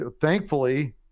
thankfully